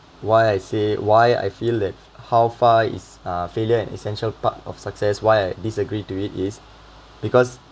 why I say why I feel like how far is uh failure an essential part of success why I disagree to it is because